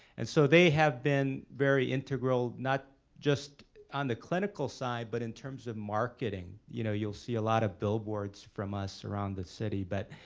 and so they have been very integral not just on the clinical side but in terms of marketing. you know, you'll see a lot of billboards from us around the city but